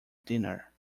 dinner